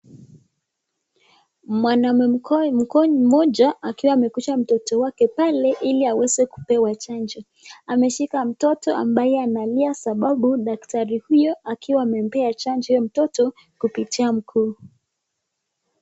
Mwanaume mmoja akiwa amekunja mtoto wake pale ili aweze kupewa chanjo, ameshika mtoto ambaye analia sababu daktari huyo akiwa amempea chanjo mtoto kupitia mguu.